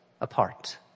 apart